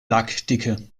lackdicke